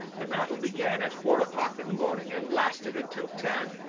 the battle began at four o'clock in the morning and lasted until ten,